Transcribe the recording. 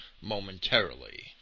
momentarily